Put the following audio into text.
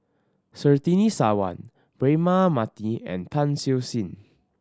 Surtini Sarwan Braema Mathi and Tan Siew Sin